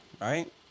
right